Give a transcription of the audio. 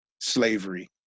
slavery